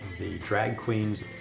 drag queens,